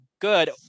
Good